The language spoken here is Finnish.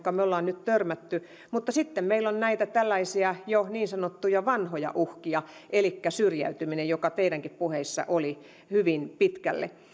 me olemme nyt törmänneet mutta sitten meillä on näitä tällaisia jo niin sanottuja vanhoja uhkia elikkä syrjäytyminen joka teidänkin puheissanne oli hyvin pitkälle